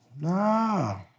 nah